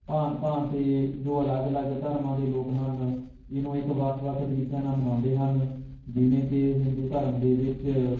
ਭਾਂਤ ਭਾਂਤ ਦੇ ਜੋ ਅਲੱਗ ਅਲੱਗ ਧਰਮਾਂ ਦੇ ਲੋਕ ਹਨ ਇਹਨੂੰ ਇੱਕ ਵੱਖ ਵੱਖ ਤਰੀਕਿਆਂ ਨਾਲ ਮਨਾਉਂਦੇ ਹਨ ਜਿਵੇਂ ਕਿ ਹਿੰਦੂ ਧਰਮ ਦੇ ਵਿੱਚ